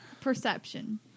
Perception